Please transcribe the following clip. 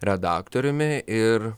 redaktoriumi ir